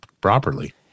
properly